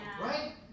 Right